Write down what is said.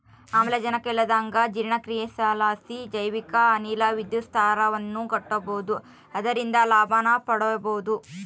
ಆಮ್ಲಜನಕ ಇಲ್ಲಂದಗ ಜೀರ್ಣಕ್ರಿಯಿಲಾಸಿ ಜೈವಿಕ ಅನಿಲ ವಿದ್ಯುತ್ ಸ್ಥಾವರವನ್ನ ಕಟ್ಟಬೊದು ಅದರಿಂದ ಲಾಭನ ಮಾಡಬೊಹುದು